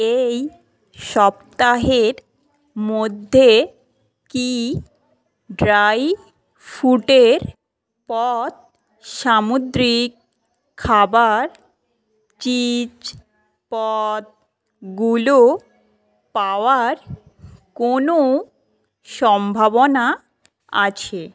এই সপ্তাহের মধ্যে কি ড্রাই ফুডের পদ সামুদ্রিক খাবার চিজ পদগুলো পাওয়ার কোনো সম্ভাবনা আছে